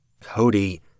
Cody